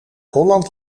holland